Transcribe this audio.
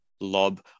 lob